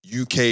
UK